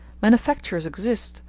manufactures exist,